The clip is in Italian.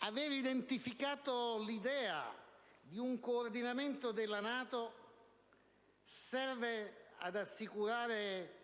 l'aver identificato l'idea di un coordinamento della NATO serve ad assicurare